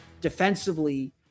defensively